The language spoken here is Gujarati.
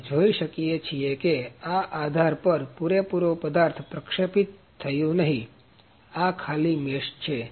આપણે જોઈ શકીએ છીએ કે આ આધાર પર પૂરેપૂરો પદાર્થ પ્રક્ષેપિત થયું નહીં આ ખાલી મેશ છે